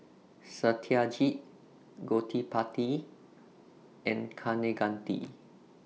Satyajit Gottipati and Kaneganti